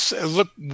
look